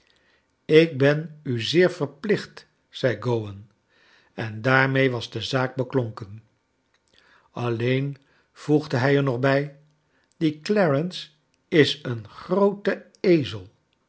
ik ben u zeer verplicht zei gowan en daarmee was de zaak beklonken alleen voegde hij er nog bij die clarence is een groote ezel